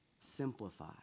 Simplify